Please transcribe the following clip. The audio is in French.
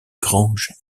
granges